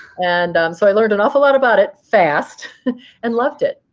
and so i learned an awful lot about it fast and loved it.